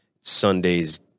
Sunday's